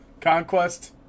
Conquest